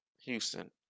Houston